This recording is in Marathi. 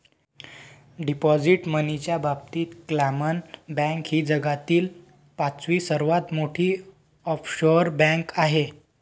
डिपॉझिट मनीच्या बाबतीत क्लामन बँक ही जगातील पाचवी सर्वात मोठी ऑफशोअर बँक आहे